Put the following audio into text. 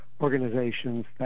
organizations